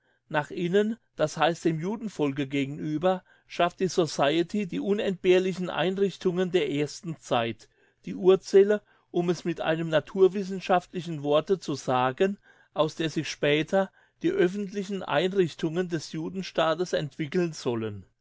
nach innen das heisst dem judenvolke gegenüber schafft die society die unentbehrlichen einrichtungen der ersten zeit die urzelle um es mit einem naturwissenschaftlichen worte zu sagen aus der sich später die öffentlichen einrichtungen des judenstaates entwickeln sollen